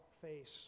face